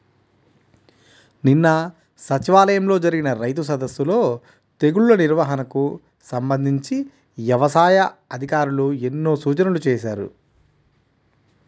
నిన్న సచివాలయంలో జరిగిన రైతు సదస్సులో తెగుల్ల నిర్వహణకు సంబంధించి యవసాయ అధికారులు ఎన్నో సూచనలు చేశారు